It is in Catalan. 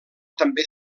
també